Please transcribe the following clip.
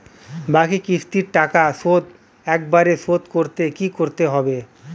বাকি কিস্তির টাকা শোধ একবারে শোধ করতে কি করতে হবে?